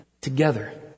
together